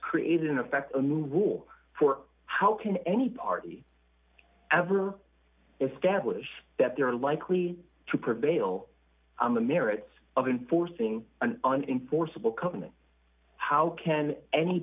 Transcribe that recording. created in effect a new rule for how can any party ever establish that they're likely to prevail on the merits of enforcing an on in forcible company how can any